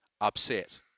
upset